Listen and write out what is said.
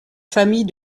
famille